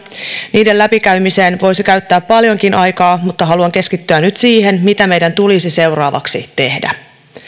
niiden läpikäymiseen voisi käyttää paljonkin aikaa mutta haluan keskittyä nyt siihen mitä meidän tulisi seuraavaksi tehdä